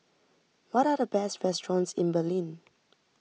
what are the best restaurants in Berlin